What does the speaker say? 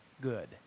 good